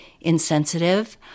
insensitive